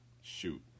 Shoot